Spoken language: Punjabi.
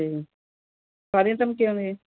ਅਤੇ ਕਾਹਦੀਆਂ ਧਮਕੀਆਂ ਨੇ